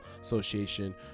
Association